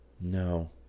No